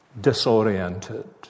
disoriented